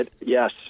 Yes